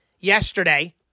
Yesterday